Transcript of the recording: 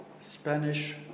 Spanish